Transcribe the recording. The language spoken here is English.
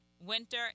winter